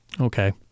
Okay